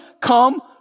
come